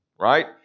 Right